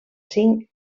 cinc